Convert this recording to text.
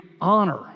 honor